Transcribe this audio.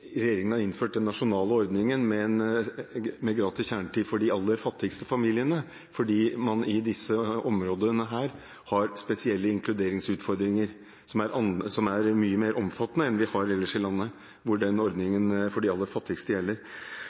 regjeringen har innført den nasjonale ordningen med gratis kjernetid for de aller fattigste familiene, fordi man i disse områdene har spesielle inkluderingsutfordringer, som er mye mer omfattende enn vi har ellers i landet hvor den ordningen for de aller fattigste gjelder.